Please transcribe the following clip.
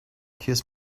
kiss